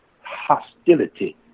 hostility